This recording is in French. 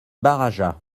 barraja